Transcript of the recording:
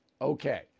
Okay